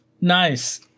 nice